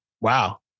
Wow